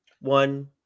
one